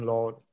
Lord